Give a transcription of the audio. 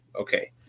Okay